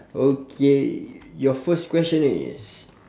okay your first question is